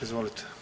Izvolite.